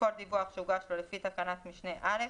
כל דיווח שהוגש לו לפי תקנת משנה (א),